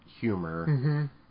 humor